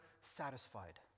satisfied